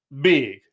big